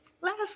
last